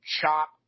chop